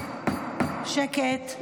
שקט,